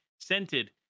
Scented